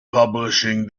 publishing